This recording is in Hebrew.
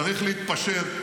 צריך להתפשר.